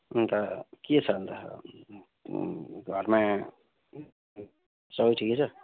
अन्त के छ अन्त घरमा सबै ठिकै छ